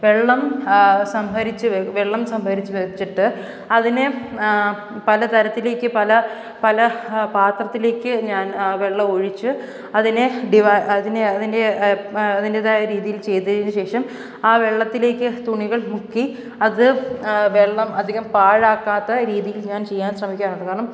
വെള്ളം സംഭരിച്ച് വെള്ളം സംഭരിച്ച് വെച്ചിട്ട് അതിനെ പലതരത്തിലേയ്ക്ക് പല പല പാത്രത്തിലേയ്ക്ക് ഞാൻ വെള്ളം ഒഴിച്ച് അതിനെ ഡിവൈ അതിനെ അതിൻ്റെ അതിൻറ്റേതായ രീതിയിൽ ചെയ്തതിന് ശേഷം ആ വെള്ളത്തിലേയ്ക്ക് തുണികൾ മുക്കി അത് വെള്ളം അധികം പാഴാക്കാത്ത രീതിയിൽ ഞാൻ ചെയ്യാൻ ശ്രമിക്കാറുണ്ട് കാരണം